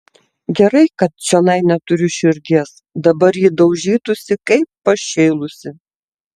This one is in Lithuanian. gerai kad čionai neturiu širdies dabar ji daužytųsi kaip pašėlusi